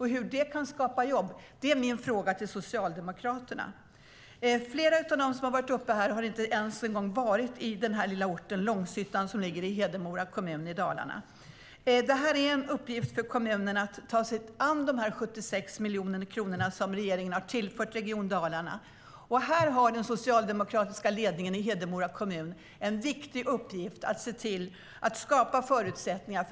Hur kan det skapa jobb? Det är min fråga till Socialdemokraterna. Flera av dem som har varit uppe här har inte ens varit i den lilla orten Långshyttan, som ligger i Hedemora kommun i Dalarna. Det är en uppgift för kommunen att ta sig an de 76 miljoner kronor som regeringen har tillfört Region Dalarna. Här har den socialdemokratiska ledningen i Hedemora kommun en viktig uppgift att se till att skapa förutsättningar.